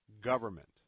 government